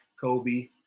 Kobe